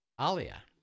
Alia